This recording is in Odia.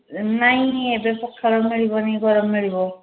ନାଇଁ ଏବେ ପଖାଳ ମିଳିବନି ଗରମ ମିଳିବ